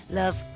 love